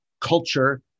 culture